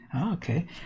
Okay